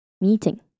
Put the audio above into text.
meeting